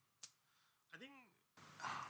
I think